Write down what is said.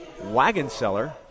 Wagonseller